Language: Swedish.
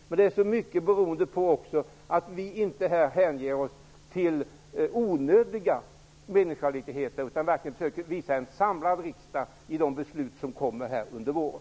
Men mycket är beroende av att vi inte hänger oss till onödiga meningsskiljaktigheter utan verkligen försöker visa att riksdagen står samlad i de beslut som kommer att fattas under våren.